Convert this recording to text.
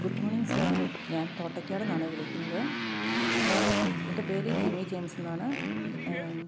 good morning sir ഞാൻ തോട്ടയ്ക്കാട് നിന്നാണ് വിളിക്കുന്നത് ഞാന് എൻ്റെ പേര് ജിമി ജെയിംസ് എന്നാണ്